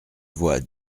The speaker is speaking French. vois